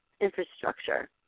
infrastructure